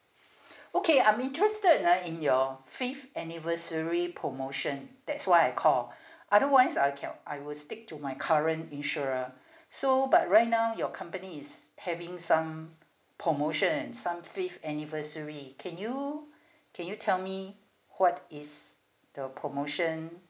okay I'm interested uh in your fifth anniversary promotion that's why I call otherwise I can I would stick to my current insurer so but right now your company is having some promotion and some fifth anniversary can you can you tell me what is the promotion